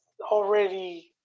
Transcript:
already –